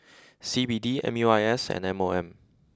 C B D M U I S and M O M